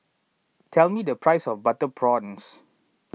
tell me the price of Butter Prawns